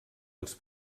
els